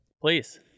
Please